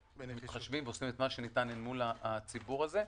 מתחשבים ועושים מה שניתן מול הציבור הזה.